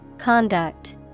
Conduct